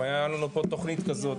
אם היה לנו פה תוכנית כזאת,